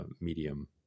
medium